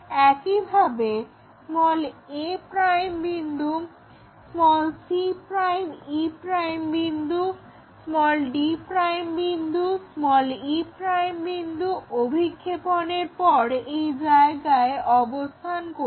একইভাবে a বিন্দু ce বিন্দু d বিন্দু e বিন্দু অভিক্ষেপণের পর এই জায়গায় অবস্থান করবে